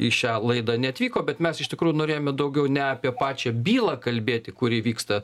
į šią laidą neatvyko bet mes iš tikrųjų norėjome daugiau ne apie pačią bylą kalbėti kuri vyksta